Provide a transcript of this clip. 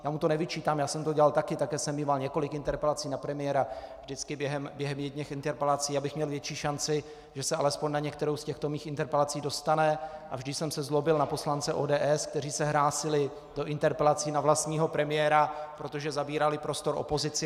Já mu to nevyčítám, já jsem to dělal také, také jsem míval několik interpelací na premiéra vždycky během jedněch interpelací, abych měl větší šanci, že se alespoň na některou z těchto mých interpelací dostane, a vždy jsem se zlobil na poslance ODS, kteří se hlásili do interpelací na vlastního premiéra, protože zabírali prostor opozici.